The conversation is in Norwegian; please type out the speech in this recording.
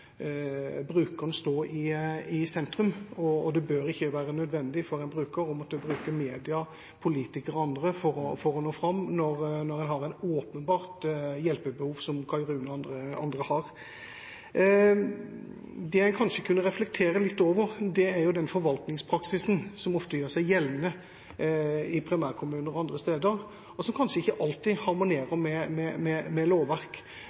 brukeren stå i sentrum, og at det ikke bør være nødvendig for en bruker å måtte bruke media, politikere og andre for å nå fram når en har et åpenbart hjelpebehov, som Kay Rune og andre har. Det jeg kanskje kunne reflektere litt over, er den forvaltningspraksisen som ofte gjør seg gjeldende i primærkommuner og andre steder, og som kanskje ikke alltid